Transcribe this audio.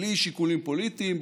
בלי שיקולים פוליטיים,